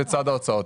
וצד ההוצאות.